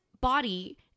body